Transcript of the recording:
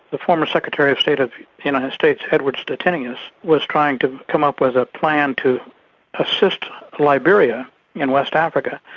the former secretary of state of the united states, edward stettinius, was trying to come up with a plan to assist liberia in west africa,